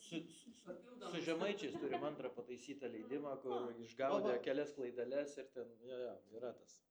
su su žemaičiais turim antrą pataisytą leidimą kur išgaudė kelias klaideles ir ten jo jo yra tas